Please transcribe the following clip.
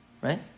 right